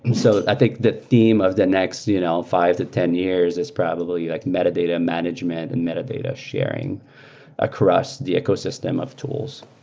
and so i think the theme of the next and um five to ten years is probably like metadata management and metadata sharing across the ecosystem of tools